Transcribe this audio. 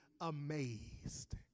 amazed